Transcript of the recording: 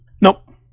Nope